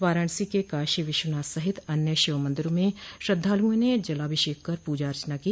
वाराणसी के काशी विश्वनाथ सहित अन्य शिव मन्दिरों में श्रद्वालुओं ने जलाभिषेक कर पूजा अर्चना की